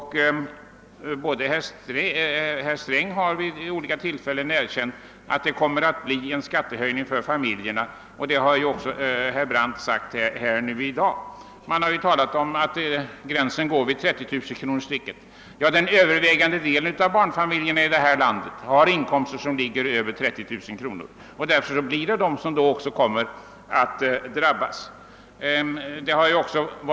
Herr Sträng har vid olika tillfällen erkänt att det kommer att bli en skattehöjning för familjerna, vilket också herr Brandt sagt här i dag. Man har talat om att gränsen går vid 30 000 kronor, men eftersom den övervägande delen av barnfamiljerna i detta land har inkomster på över 30 000 kronor kom mer även dessa familjer att drabbas av skattehöjningen.